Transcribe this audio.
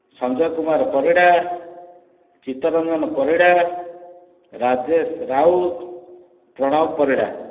Sanjay Kumar Parida Chittaranjan Parida Rajesh Raut Pranab Parida